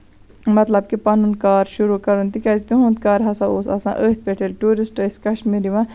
مطلب کہِ پَنُن کار شُروٗ کَرُن تِکیازِ تِہُنٛد کار ہسا اوس آسان أتھۍ پٮ۪ٹھ ییٚلہِ ٹیوٗرِسٹ ٲسۍ کَشمیٖر یِوان